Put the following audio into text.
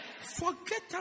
Forget